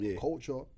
culture